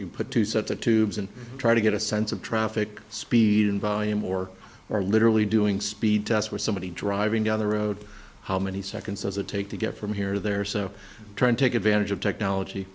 you put two sets of tubes and try to get a sense of traffic speed in volume or are literally doing speed tests where somebody driving down the road how many seconds as it take to get from here they're so trying to take advantage of technology